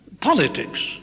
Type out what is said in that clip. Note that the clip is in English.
Politics